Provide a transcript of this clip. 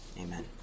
amen